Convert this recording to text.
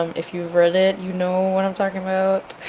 um if you've read it you know what i'm talking about,